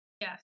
Yes